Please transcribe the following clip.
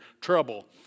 Trouble